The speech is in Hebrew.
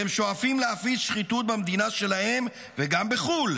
והם שואפים להפיץ שחיתות במדינה שלהם וגם בחו"ל,